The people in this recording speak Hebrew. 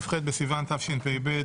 כ"ח בסיון תשפ"ב,